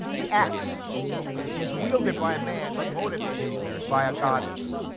the acts is wielded by a man but motivated by a goddess.